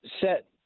set